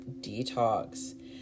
detox